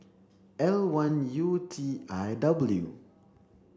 L one U T I W